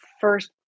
first